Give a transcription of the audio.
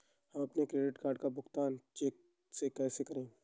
हम अपने credit card का भुगतान चेक से कैसे करें?